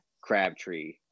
crabtree